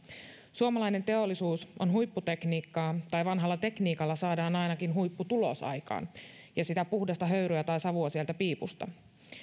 suomalainen teollisuus on huipputekniikkaa tai vanhalla tekniikalla saadaan ainakin huipputulos aikaan ja sitä puhdasta höyryä tai savua sieltä piipusta